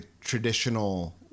traditional